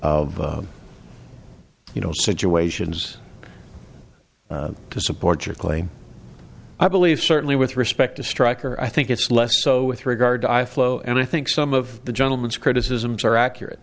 of you know situations to support your claim i believe certainly with respect to stryker i think it's less so with regard to i flow and i think some of the gentleman's criticisms are accurate